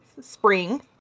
spring